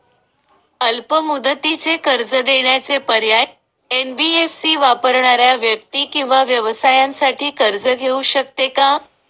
अल्प मुदतीचे कर्ज देण्याचे पर्याय, एन.बी.एफ.सी वापरणाऱ्या व्यक्ती किंवा व्यवसायांसाठी कर्ज घेऊ शकते का?